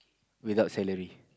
without salary